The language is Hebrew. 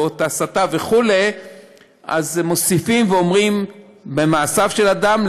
או הסתה וכו'; אז מוסיפים ואומרים: "במעשיו של אדם,